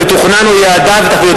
הוא אפילו לא אומר את דעתו,